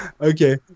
Okay